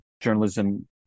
journalism